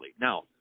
Now